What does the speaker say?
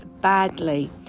badly